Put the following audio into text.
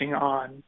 on